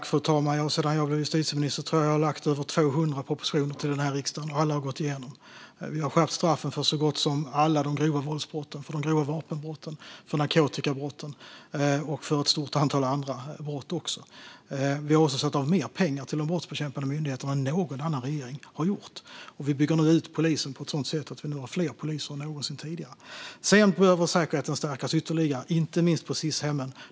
Fru talman! Sedan jag blev justitieminister tror jag att jag har lagt fram över 200 propositioner till den här riksdagen. Alla har gått igenom. Vi har skärpt straffen för så gott som alla de grova våldsbrotten, för de grova vapenbrotten, för narkotikabrotten och för ett stort antal andra brott. Vi har också satt av mer pengar till de brottsbekämpande myndigheterna än någon annan regering har gjort. Och vi bygger nu ut polisen på ett sådant sätt att det nu finns fler poliser än någonsin tidigare. Sedan behöver säkerheten stärkas ytterligare, inte minst på Sis-hemmen.